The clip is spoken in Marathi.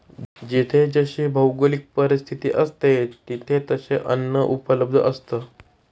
जिथे जशी भौगोलिक परिस्थिती असते, तिथे तसे अन्न उपलब्ध असतं